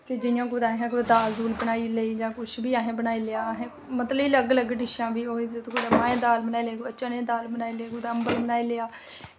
कि जि'यां असें कुदै दाल बनाई लेई कुछ बी असें बनाई लेआ मतलब की अलग अलग डिशां बी जि'यां माऐं दी दाल बनाई लेई चने दी दाल बनाई लेई जां कुदै अम्बल बनाई लेआ